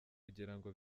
kugirango